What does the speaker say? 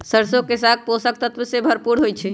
सरसों के साग पोषक तत्वों से भरपूर होई छई